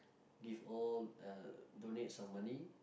give all uh donate some money